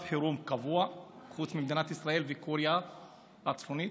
חירום קבוע חוץ ממדינת ישראל וקוריאה הצפונית?